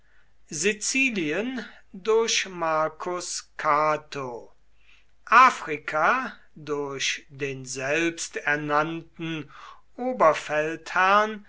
sizilien durch marcus cato afrika durch den selbst